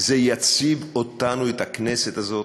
זה יציב אותנו, את הכנסת הזאת,